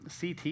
CT